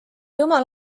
jumal